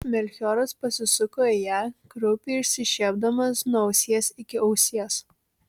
melchioras pasisuko į ją kraupiai išsišiepdamas nuo ausies iki ausies